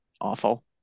awful